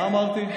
מה אמרתי?